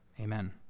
amen